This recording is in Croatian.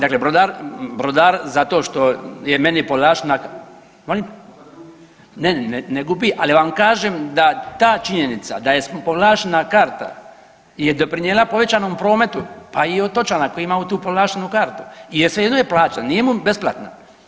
Dakle, brodar zato što je meni povlaštena … [[Upadica se ne razumije.]] Molim? … [[Upadica se ne razumije.]] Ne, ne gubi, ali vam kažem da ta činjenica da je povlaštena karta je doprinijela povećanom prometu pa i otočana koji imaju tu povlaštenu kartu jer svejedno je plaćena nije mu besplatna.